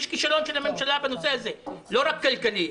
יש כישלון של הממשלה בנושא הזה לא רק כלכלי,